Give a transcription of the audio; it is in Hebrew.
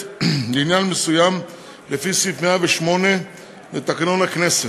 לעניין מסוים לפי סעיף 108 לתקנון הכנסת,